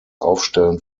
aufstellen